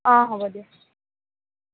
অঁ হ'ব দিয়া